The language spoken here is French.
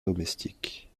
domestiques